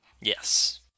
Yes